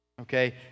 Okay